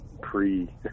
pre